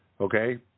Okay